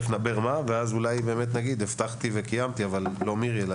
אז באמת אפשר יהיה להגיד שאני הבטחתי וקיימתי ולא מירי.